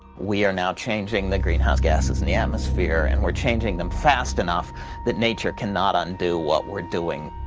we are now changing the greenhouse gases in the atmosphere and we are changing them fast enough that nature cannot undo what we are doing.